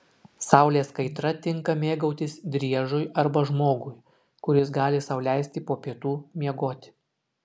saulės kaitra tinka mėgautis driežui arba žmogui kuris gali sau leisti po pietų miegoti